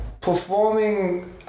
Performing